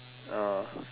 ah